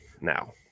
now